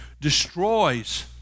destroys